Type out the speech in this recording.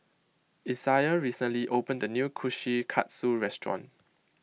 Isaiah recently opened a new Kushikatsu restaurant